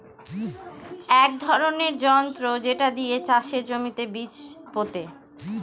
এক ধরনের যন্ত্র যেটা দিয়ে চাষের জমিতে বীজ পোতে